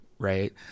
Right